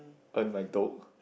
earn my